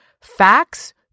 Facts